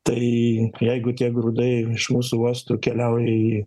tai jeigu tie grūdai iš mūsų uosto keliauja į